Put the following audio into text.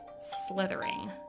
slithering